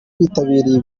bitabiriye